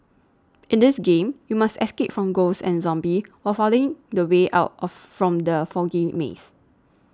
in this game you must escape from ghosts and zombies while finding the way out of from the foggy maze